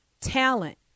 talent